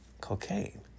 cocaine